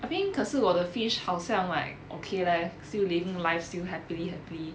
I mean 可是我的 fish 好像 like okay leh still living life still happily happily